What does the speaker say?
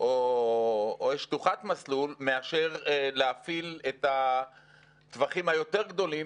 או שטוח מסלול מאשר להפעיל את הטווחים היותר גדולים